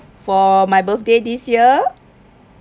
for my birthday this year